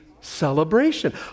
celebration